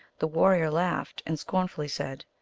the warrior laughed, and scorn fully said,